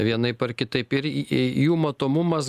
vienaip ar kitaip ir i jų matomumas